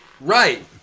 Right